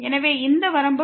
எனவே இந்த வரம்பு